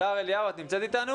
הדר אליהו, את נמצאת איתנו?